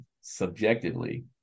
subjectively